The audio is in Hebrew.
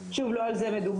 שוב, לא על זה מדובר.